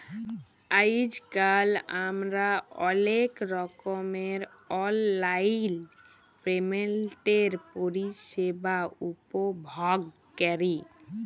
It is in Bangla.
আইজকাল আমরা অলেক রকমের অললাইল পেমেল্টের পরিষেবা উপভগ ক্যরি